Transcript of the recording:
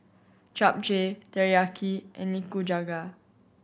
Japchae Teriyaki and Nikujaga